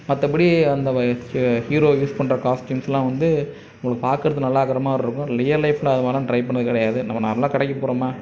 மற்றபடி அந்த வ ஹீரோ யூஸ் பண்ணுற காஸ்டியூம்ஸ்லாம் வந்து உங்களுக்கு பார்க்கறதுக்கு நல்லா இருக்க மாதிரி இருக்கும் ஆனால் ரியல் லைஃப்ல அது மாதிரிலான் ட்ரைப் பண்றது கிடையாது நம்ம நார்மலாக கடைக்குப் போறோமா